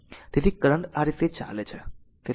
તેથી કરંટ આ રીતે ચાલે છે